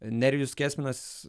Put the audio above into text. nerijus kesminas